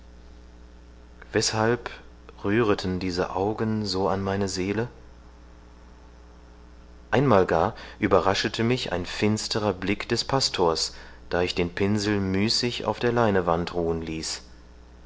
weshalb rühreten diese augen so an meine seele einmal gar überraschete mich ein finsterer blick des pastors da ich den pinsel müßig auf der leinewand ruhen ließ